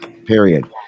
period